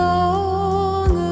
Long